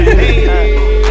hey